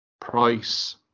Price